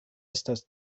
estas